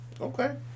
Okay